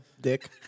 dick